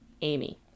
Amy